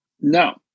No